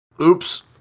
oops